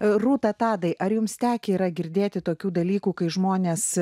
rūta tadai ar jums tekę yra girdėti tokių dalykų kai žmonės